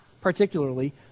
particularly